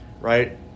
right